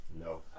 No